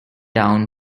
down